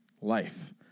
life